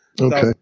Okay